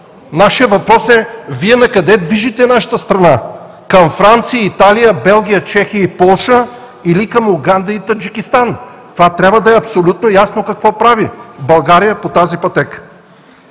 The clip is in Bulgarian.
Нашият въпрос е: Вие накъде движите нашата страна? Към Франция, Италия, Белгия, Чехия и Полша или към Уганда и Таджикистан? Това трябва да е абсолютно ясно. Какво прави България по тази пътека?